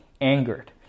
angered